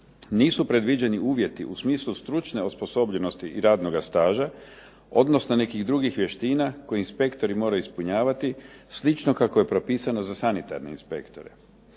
nisu predviđeni uvjeti u smislu stručne osposobljenosti i radnoga staža, odnosno nekih drugih vještina koje inspektori moraju ispunjavati, slično kako je propisano za sanitarne inspektore.